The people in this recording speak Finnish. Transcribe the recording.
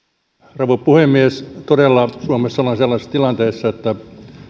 rouva puhemies suomessa todella ollaan sellaisessa tilanteessa että